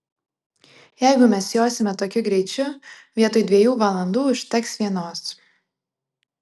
jeigu mes josime tokiu greičiu vietoj dviejų valandų užteks vienos